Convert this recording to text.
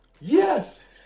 Yes